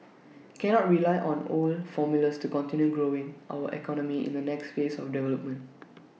cannot rely on own formulas to continue growing our economy in the next phase of development